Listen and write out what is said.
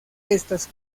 estas